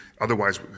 otherwise